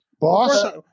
Boss